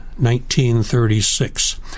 1936